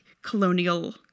colonial